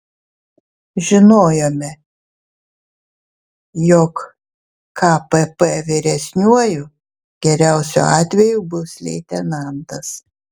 žinojome jog kpp vyresniuoju geriausiu atveju bus leitenantas